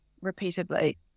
repeatedly